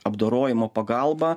apdorojimo pagalba